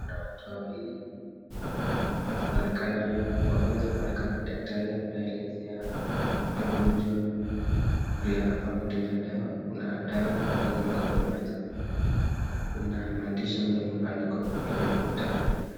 Kuna watu wawili, inaonekana wa kwanza kuonekana ni daktari anaelezea mgonjwa vile anafaa kutumia dawa. Kuna dawa ambazo ziko kwa meza. Kuna maandishi ambayo imebandikwa kwenye ukuta.